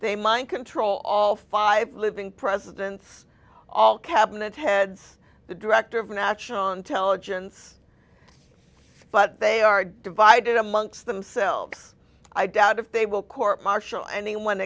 they mind control all five living presidents all cabinet heads the director of national intelligence but they are divided amongst themselves i doubt if they will court martial anyone